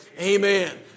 amen